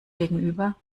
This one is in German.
gegenüber